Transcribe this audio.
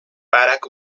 barack